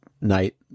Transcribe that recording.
night